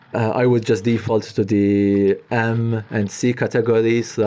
i would just default to the m and c categories,